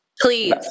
Please